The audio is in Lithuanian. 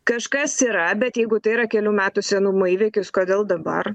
kažkas yra bet jeigu tai yra kelių metų senumo įvykis kodėl dabar